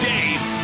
Dave